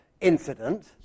incident